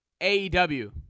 AEW